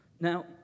Now